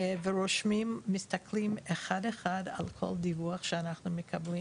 רושמים ומסתכלים אחד אחד על כל דיווח שאנחנו מקבלים